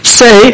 say